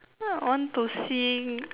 I want to sing